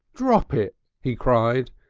drop it! he cried,